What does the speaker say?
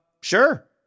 sure